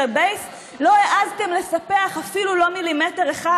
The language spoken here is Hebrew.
ה-base לא העזתם לספח אפילו מילימטר אחד,